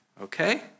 Okay